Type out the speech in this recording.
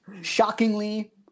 Shockingly